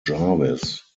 jarvis